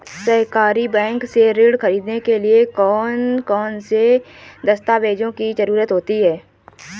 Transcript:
सहकारी बैंक से ऋण ख़रीदने के लिए कौन कौन से दस्तावेजों की ज़रुरत होती है?